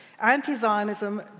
Anti-Zionism